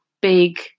big